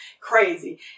crazy